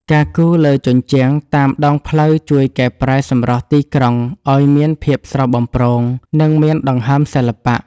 ការគូរលើជញ្ជាំងតាមដងផ្លូវជួយកែប្រែសម្រស់ទីក្រុងឱ្យមានភាពស្រស់បំព្រង និងមានដង្ហើមសិល្បៈ។